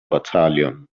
battalion